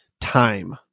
time